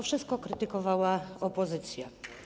Wszystko to krytykowała opozycja.